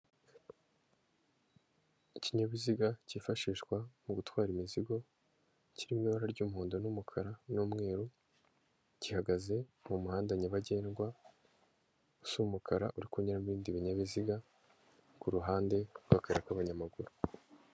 Ikinyabiziga cyifashishwa mu gutwara imizigo kiri mu ibara ry'umuhondo, n'umukara, n'umweru, gihagaze mu muhanda nyabagendwa usu umukara urikunyuramo ibindi binyabiziga, ku ruhande hari akayira k'abanyamaguru.